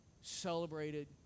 celebrated